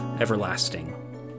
everlasting